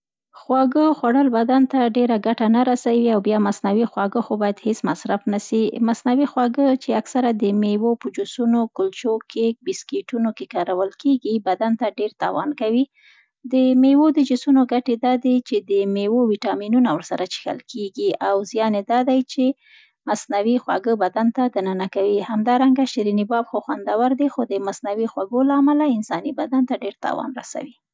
خواږه خوړل بدن ته ډېره ګټه نه رسوي او بیا مصنوعي خواږه خو باید هېڅ مصرف نه سي. مصنوعي خواږه چي اکثره د میوو په جوسونو، کلچو، کیک، بسکېټونو کې کارول کېږي بدن ته ډېر تاوان کوي. د میوو د جوسونو ګتي دا دي چې د میوو ویټامینونه ورسره چیښل کېږي او زیان یې دا دی چي مصنوعي خواږه بدن ته دننه کوي. همدارنګه شریني باب خو خوندوره دي خو د مصنوعي خوږو له امله انساني بدن ته ډیر تاوان رسوي.